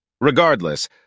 Regardless